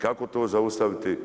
Kako to zaustaviti?